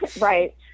Right